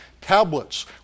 tablets